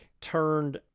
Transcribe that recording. turned